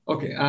Okay